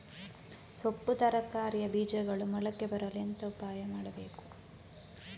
ಸೊಪ್ಪು ತರಕಾರಿಯ ಬೀಜಗಳು ಮೊಳಕೆ ಬರಲು ಎಂತ ಉಪಾಯ ಮಾಡಬೇಕು?